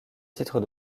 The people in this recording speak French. titres